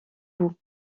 vous